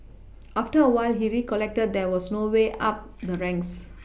after a while he recollected there was no way up the ranks